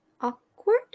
awkward